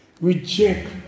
reject